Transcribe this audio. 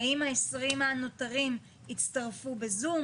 האם ה-20 הנותרים יצטרפו בזום?